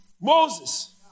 Moses